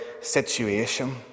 situation